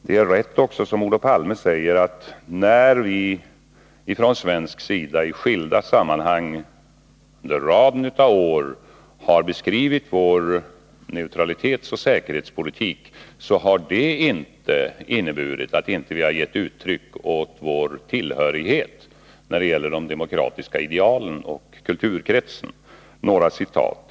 Det är också riktigt som Olof Palme säger, att när vi från svensk sida i skilda sammanhang under en rad av år har beskrivit vår neutralitetsoch säkerhetspolitik, har detta inte inneburit att vi inte har gett uttryck åt vår tillhörighet när det gäller de demokratiska idealen och kulturkretsen. Några citat.